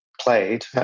played